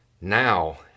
Now